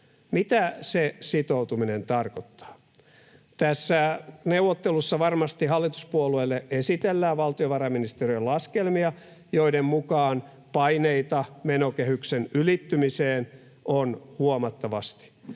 Mitä se sitoutuminen tarkoittaa? Tässä neuvottelussa varmasti hallituspuolueille esitellään valtiovarainministeriön laskelmia, joiden mukaan paineita menokehyksen ylittymiseen on huomattavasti.